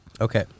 Okay